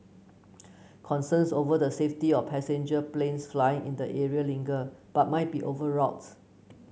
concerns over the safety of passenger planes flying in the area linger but might be overwrought